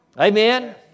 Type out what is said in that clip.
Amen